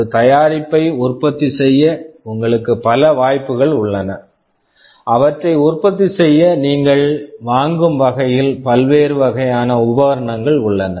ஒரு தயாரிப்பை உற்பத்தி செய்ய உங்களுக்கு பல வாய்ப்புகள் உள்ளன அவற்றைத் உற்பத்தி செய்ய நீங்கள் வாங்கும் வகையில் பல்வேறு வகையான உபகரணங்கள் உள்ளன